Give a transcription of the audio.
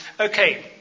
Okay